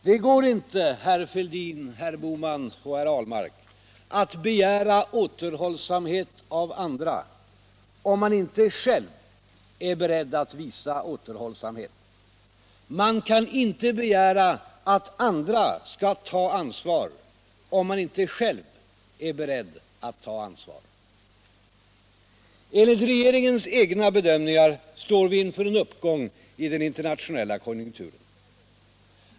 Det går inte, herr Fälldin, herr Bohman och herr Ahlmark, att begära återhållsamhet av andra om man själv inte är beredd att visa återhållsamhet. Man kan inte begära att andra skall ta ansvar, om man inte själv är beredd att ta ansvar. Enligt regeringens egna bedömningar står vi inför en uppgång i den internationella konjunkturen.